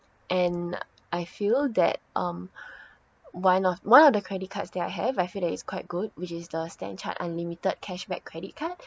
and I feel that um why not one of the credit cards that I have I feel that is quite good which is the stanchart unlimited cashback credit card